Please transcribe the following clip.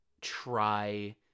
try